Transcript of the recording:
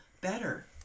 better